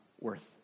worth